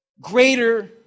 Greater